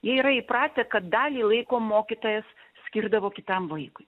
jie yra įpratę kad dalį laiko mokytojas skirdavo kitam vaikui